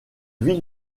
vit